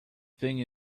thing